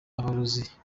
amarozi